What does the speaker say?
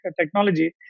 technology